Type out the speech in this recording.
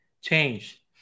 change